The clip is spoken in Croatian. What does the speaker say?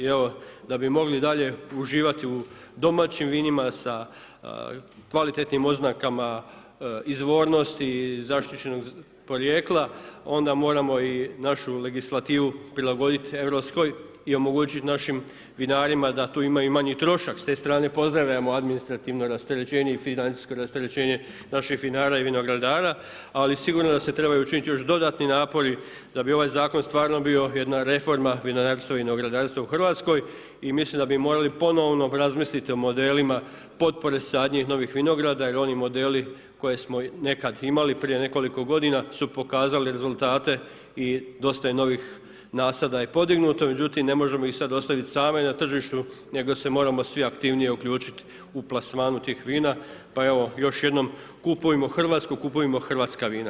I evo, da bi mogli dalje uživati u domaćim vinima sa kvalitetnim oznakama izvornosti i zaštićenog porijekla onda moramo i našu legislativu prilagoditi europskoj i omogućit našim vinarima da tu ima i manji trošak, s te strane pozdravljamo administrativno rasterećenje i financijsko rasterećenje naših vinara i vinogradara ali sigurno da se trebaju učiniti još dodatni napori da bi ovaj zakon stvarno bio jedna reforma vinarstva i vinogradarstva u Hrvatskoj i mislim da bi morali ponovno razmisliti o modelima potpore sadnje novih vinograda jer oni modeli koje smo nekad imali prije nekoliko godina su pokazali rezultate i dosta je novih nasada podignuto međutim ne možemo ih sada ostaviti same na tržištu nego se moramo svi aktivnije uključit u plasmanu tih vina pa evo, još jednom, kupujmo hrvatsko, kupujmo hrvatska vina.